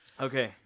Okay